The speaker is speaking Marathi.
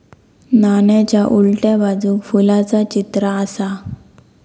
नाण्याच्या उलट्या बाजूक फुलाचा चित्र आसा